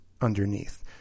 underneath